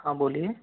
हाँ बोलिए